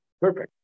perfect